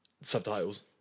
subtitles